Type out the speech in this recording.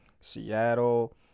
seattle